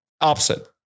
Opposite